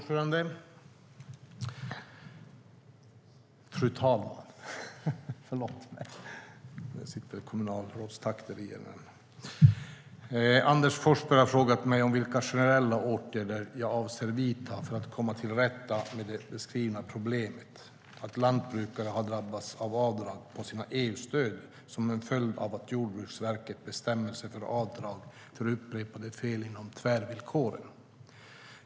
Fru talman! Anders Forsberg har frågat mig vilka generella åtgärder jag avser att vidta för att komma till rätta med det beskrivna problemet att lantbrukare har drabbats av avdrag på sina EU-stöd som en följd av Jordbruksverkets bestämmelser för avdrag för upprepade fel inom tvärvillkoren.